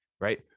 Right